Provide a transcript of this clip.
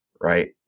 right